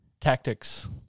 tactics